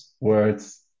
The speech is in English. words